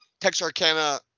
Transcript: Texarkana